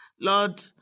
Lord